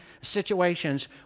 situations